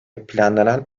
planlanan